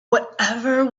whatever